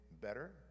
better